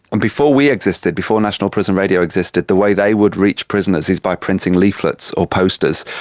and before we existed, before national prison radio existed, the way they would reach prisoners is by printing leaflets or posters.